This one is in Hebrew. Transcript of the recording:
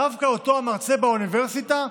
דווקא אותו מרצה באוניברסיטה,